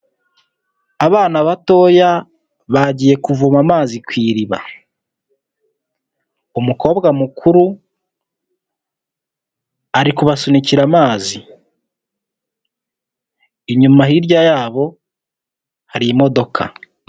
Abana batoya bagiye kuvoma amazi ku iriba, umukobwa mukuru ari kubasunikira amazi, hirya yabo hari imodoka.